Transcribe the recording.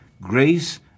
grace